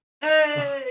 Hey